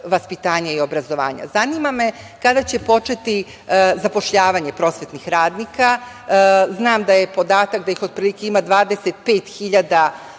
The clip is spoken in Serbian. i obrazovanja. Zanima me kada će početi zapošljavanje prosvetnih radnika? Znam da je podatak da ih otprilike ima 25.000